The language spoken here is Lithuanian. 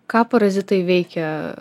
ką parazitai veikia